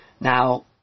Now